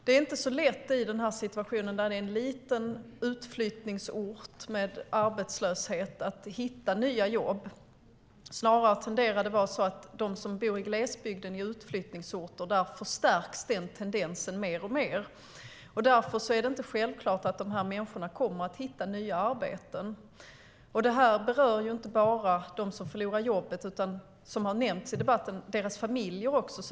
Det är inte så lätt att hitta nya jobb i denna situation i en liten utflyttningsort med arbetslöshet. Snarare förstärks den tendensen i mer och mer i utflyttningsorter i glesbygden. Därför är det inte självklart att människorna där kommer att hitta nya arbeten. Detta berör inte bara dem som förlorar jobbet utan också, som har nämnts i debatten, deras familjer.